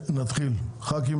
חברי כנסת